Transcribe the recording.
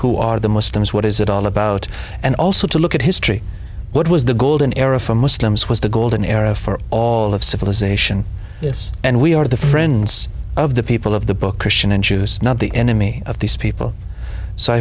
who are the muslims what is it all about and also to look at history what was the golden era for muslims was the golden era for all of civilization and we are the friends of the people of the book christian and choose not the enemy of these people so i